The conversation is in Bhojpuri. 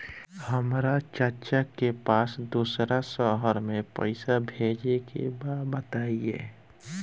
हमरा चाचा के पास दोसरा शहर में पईसा भेजे के बा बताई?